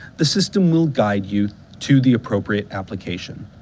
the system will guide you to the appropriate application.